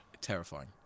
terrifying